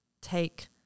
take